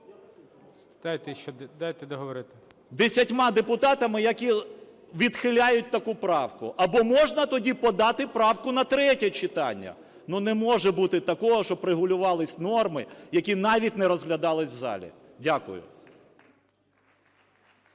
дайте договорити. СОБОЛЄВ С.В. Десятьма депутатами, які відхиляють таку правку, або можна тоді подати правку на третє читання. Ну, не можу бути такого, щоб регулювалися норми, які навіть не розглядалися в залі. Дякую.